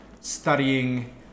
studying